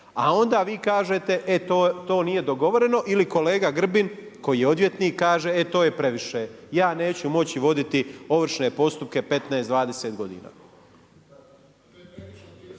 a onda vi kažete e to nije dogovoreno ili kolega Grbin koji je odvjetnik kaže e to je previše, ja neću moći voditi ovršne postupke 15, 20 godina.